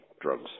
drugs